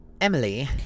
Emily